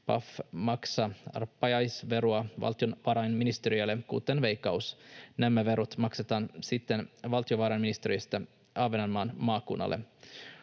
Paf maksaa arpajaisveroa valtiovarainministeriölle kuten Veikkaus. Nämä verot maksetaan sitten valtiovarainministeriöstä Ahvenanmaan maakunnalle.